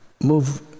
move